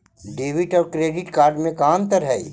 Debit और credit card में का अंतर हइ?